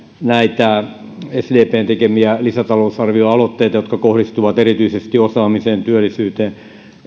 näitä sdpn tekemiä lisäta lousarvioaloitteita jotka kohdistuvat erityisesti osaamiseen työllisyyteen